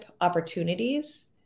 opportunities